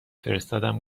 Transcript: فرستادم